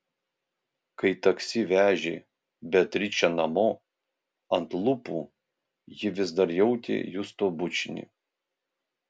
kai taksi vežė beatričę namo ant lūpų ji vis dar jautė justo bučinį